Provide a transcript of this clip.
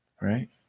Right